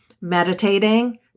meditating